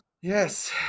Yes